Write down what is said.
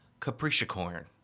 Capricorn